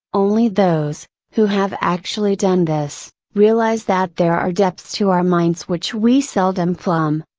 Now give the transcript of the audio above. only those, who have actually done this, realize that there are depths to our minds which we seldom plumb,